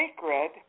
sacred